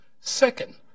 Second